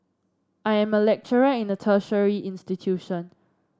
I am a lecturer in a tertiary institution